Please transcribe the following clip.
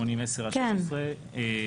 8010/13. כן,